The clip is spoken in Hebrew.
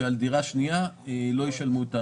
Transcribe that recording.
ועל דירה שנייה לא ישלמו.